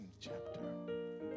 chapter